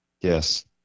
Yes